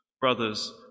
brothers